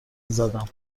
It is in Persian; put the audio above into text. میزدم